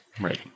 Right